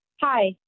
Hi